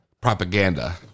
propaganda